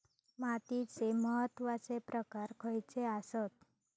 मातीचे महत्वाचे प्रकार खयचे आसत?